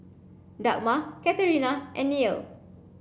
Dagmar Katerina and Neal